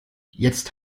jetzt